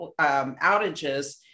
outages